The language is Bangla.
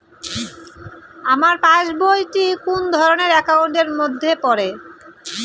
আমার পাশ বই টি কোন ধরণের একাউন্ট এর মধ্যে পড়ে?